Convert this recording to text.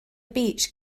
beach